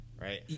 Right